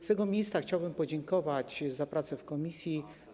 Z tego miejsca chciałbym podziękować za prace w komisji.